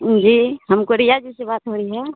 जी हमको रिया जी से बात हो रही है